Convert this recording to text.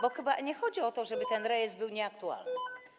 Bo chyba nie chodzi o to, żeby ten rejestr był nieaktualny.